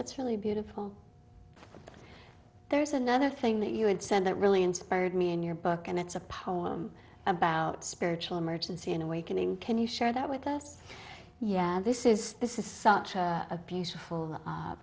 that's really beautiful there's another thing that you had said that really inspired me in your book and it's a poem about spiritual emergency an awakening can you share that with us yeah this is this is such a beautiful